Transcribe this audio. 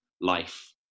life